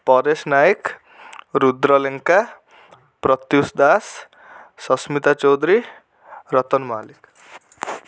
Paresh Nayak Rudra Lenka Pratyush Das Sasmita Choudhury Ratan Mahalik